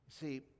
See